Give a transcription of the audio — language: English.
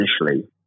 initially